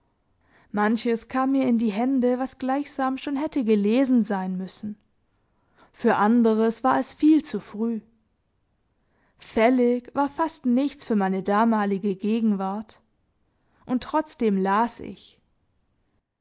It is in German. manches kam mir in die hände was gleichsam schon hätte gelesen sein müssen für anderes war es viel zu früh fällig war fast nichts für meine damalige gegenwart und trotzdem las ich